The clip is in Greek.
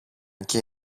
και